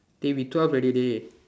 dey we twelve already dey